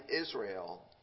Israel